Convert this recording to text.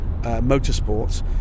motorsports